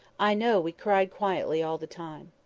i know we cried quietly all the time.